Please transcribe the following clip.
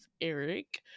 eric